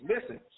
Listen